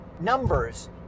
numbers